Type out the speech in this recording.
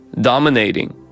dominating